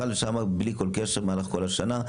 חל שם בלי כל קשר במהלך כל השנה.